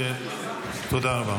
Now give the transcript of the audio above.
תודה רבה.